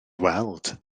weld